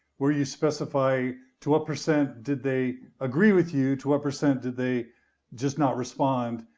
where you specify to what percent did they agree with you to what percent did they just not respond,